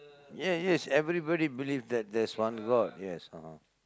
yes yes everybody believe that there's one god yes (uh huh)